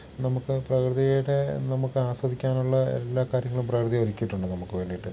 നമുക്ക് പ്രകൃതിയുടെ നമുക്ക് ആസ്വദിക്കാനുള്ള എല്ലാ കാര്യങ്ങളും പ്രകൃതി ഒരുക്കിയിട്ടുണ്ട് നമുക്ക് വേണ്ടിയിട്ട്